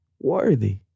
worthy